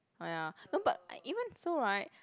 oh ya no but even so right